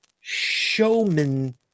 showman